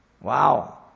Wow